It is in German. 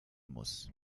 muss